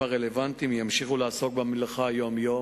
הרלוונטיים ימשיכו לעסוק במלאכה יום-יום.